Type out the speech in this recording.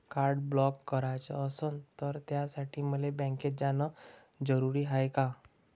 Card block कराच असनं त त्यासाठी मले बँकेत जानं जरुरी हाय का?